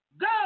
Go